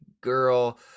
girl